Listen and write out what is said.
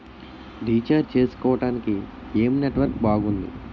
Recharge చేసుకోవటానికి ఏం network బాగుంది?